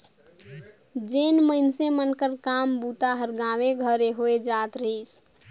जेन मइनसे मन कर काम बूता हर गाँवे घरे होए जात रहिस